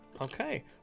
Okay